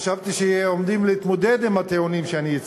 חשבתי שעומדים להתמודד עם הטיעונים שאני הצגתי.